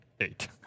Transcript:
eight